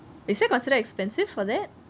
is that considered expensive for that